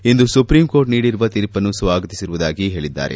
ಇಂದು supreme court ನೀಡಿರುವ ತೀರ್ಪನ್ನು ಸ್ವಾಗತಿಸುವುದಾಗಿ ಹೇಳಿದ್ದಾರೆ